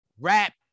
rap